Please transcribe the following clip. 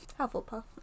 Hufflepuff